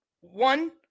one